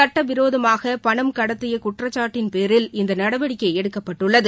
சட்டவிரோதமாக பணம் கடத்திய குற்றக்சாட்டின் பேரில் இந்த நடவடிக்கை எடுக்கப்பட்டுள்ளது